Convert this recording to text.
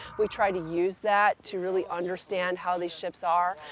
we try to use that to really understand how these ships are,